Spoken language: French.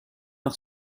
par